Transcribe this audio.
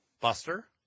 Buster